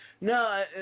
no